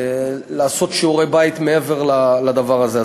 לעשות שיעורי בית מעבר לדבר הזה.